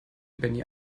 benny